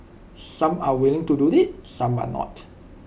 some are willing to do IT some are not